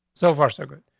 so if our secret,